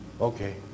Okay